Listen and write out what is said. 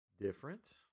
different